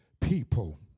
people